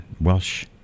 Welsh